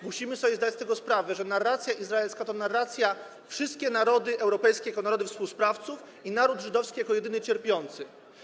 Musimy sobie zdać z tego sprawę, że narracja izraelska to narracja: wszystkie narody europejskie to narody współsprawców i naród żydowski jako jedyny cierpiący.